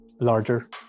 larger